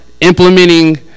implementing